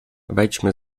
wejdźmy